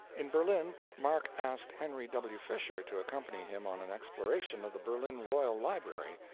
in berlin, mark asked henry w. fisher to accompany him on an exploration of the berlin royal library,